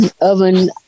oven